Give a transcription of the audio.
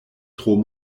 tro